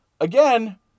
Again